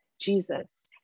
Jesus